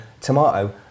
tomato